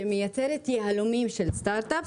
שמייצרת יהלומים של סטרטאפ,